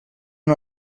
una